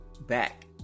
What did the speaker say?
back